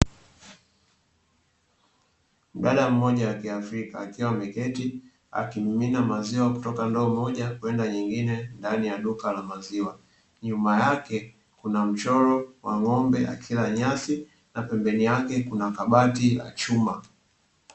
Mdada mmoja wa kiafrika akiwa ameketi akimimina maziwa kutoka ndoo moja kwenda nyingine ndani ya duka la maziwa. Nyuma yake kuna mchoro wa ng'ombe akila nyasi na pembeni yake kuna kabati la chuma.